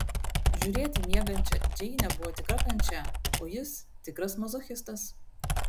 žiūrėti į miegančią džeinę buvo tikra kančia o jis tikras mazochistas